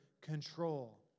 control